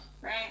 right